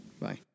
Bye